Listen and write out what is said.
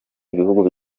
ibihugu